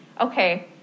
okay